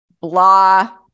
blah